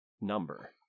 number